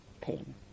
pain